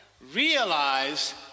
realize